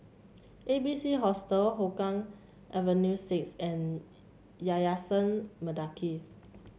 A B C Hostel Hougang Avenue six and Yayasan Mendaki